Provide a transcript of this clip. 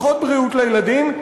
פחות בריאות לילדים,